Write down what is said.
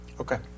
Okay